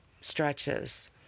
stretches